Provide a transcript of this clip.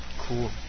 Cool